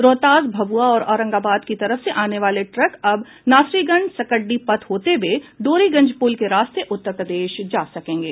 रोहतास भभुआ और औरंगाबाद की तरफ से आने वाले ट्रक अब नासरीगंज सकड्डी पथ होते हुए डोरीगंज पुल के रास्ते उत्तर प्रदेश जा सकेंगे